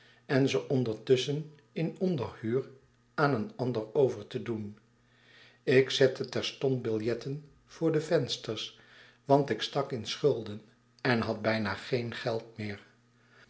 en ze ondertusschen in onderhuur aan een ander over te doen ik zetteterstond biljetten voor de vensters want ik stak in schulden en had bijna geen geld meer